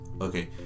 Okay